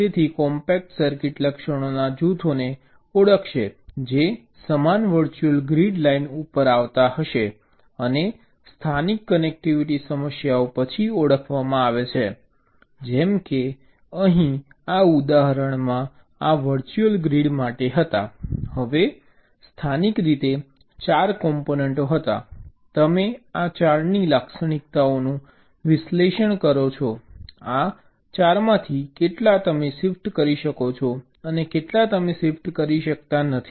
તેથી compactor circuit લક્ષણોના જૂથોને ઓળખશે જે સમાન વર્ચ્યુઅલ ગ્રીડ લાઇન ઉપર આવતા હશે અને સ્થાનિક કનેક્ટિવિટી સમસ્યાઓ પછી ઓળખવામાં આવે છે જેમ કે અહીં આ ઉદાહરણમાં આ વર્ચ્યુઅલ ગ્રીડ માટે હતા હવે સ્થાનિક રીતે 4 કોમ્પોનન્ટો હતા તમે આ 4ની લાક્ષણિકતાનું વિશ્લેષણ કરો છો આ 4 માંથી કેટલા તમે શિફ્ટ કરી શકો છો અને કેટલા તમે શિફ્ટ કરી શકતા નથી